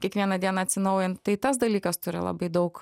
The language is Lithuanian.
kiekvieną dieną atsinaujint tai tas dalykas turi labai daug